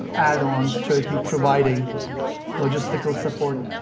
erdogan's turkey providing logistical support,